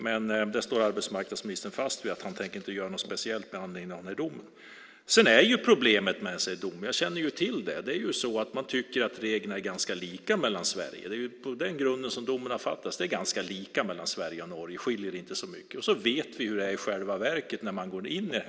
Men arbetsmarknadsministern står fast vid att han inte tänker göra något speciellt med anledning av domen. Problemet med en sådan här dom är också, och det känner jag till, att man tycker att reglerna är ganska lika mellan Sverige och Norge. Det är på den grunden domen har fattats - det skiljer inte så mycket mellan Sverige och Norge. Men vi vet hur det är i själva verket när man går in i det.